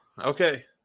Okay